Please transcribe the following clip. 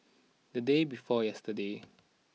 the day before yesterday